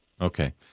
okay